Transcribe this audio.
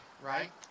right